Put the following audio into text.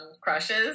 crushes